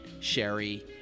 sherry